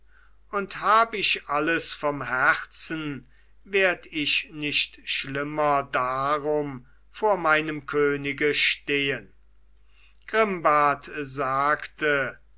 und hab ich alles vom herzen werd ich nicht schlimmer darum vor meinem könige stehen grimbart sagte